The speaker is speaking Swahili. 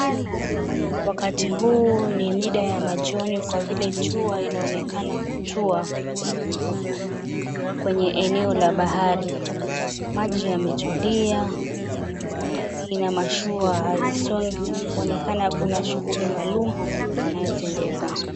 Wakati huu ni mida ya majioni kwa vile jua inaonekana kutua, kwenye eneo la bahari. Maji yametulia, meli na mashua hazisongi kuonekana hakuna shughuli maalum inayotendeka.